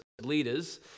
leaders